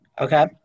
Okay